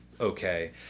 okay